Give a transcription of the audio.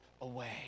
away